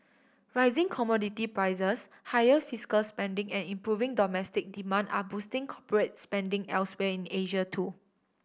rising commodity prices higher fiscal spending and improving domestic demand are boosting corporates spending elsewhere in Asia too